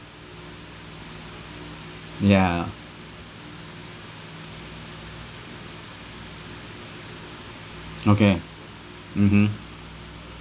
yeah okay mmhmm